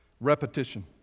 Repetition